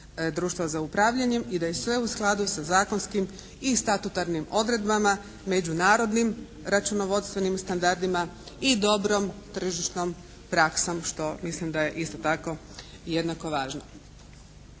i da je sve u skladu sa zakonskim i statutarnim odredbama međunarodnim računovodstvenim standardima i dobrom tržišnom praksom.", što mislim da je isto tako jednako važno.